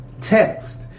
text